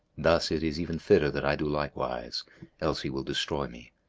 thus it is even fitter that i do likewise else he will destroy me.